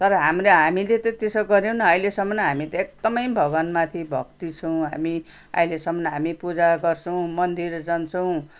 तर हाम्रो हामीले त त्यसो गरेनौँ अहिलेसम्म हामी त पुरै भगवान् माथि भक्ति छौँ हामी अहिलेसम्म हामी पूजा गर्छौँ मन्दिर जान्छौँ